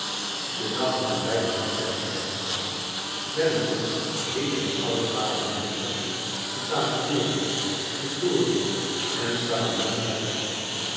de dag nam blijkbaar een slecht einde wellington riep zijn oude wapenbroeders van talavera vittoria en salamanca toe